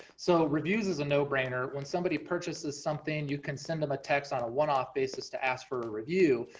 so reviews is a no brainer, when somebody purchases something, you can send them a text on a one off basis to ask for a review,